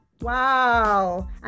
Wow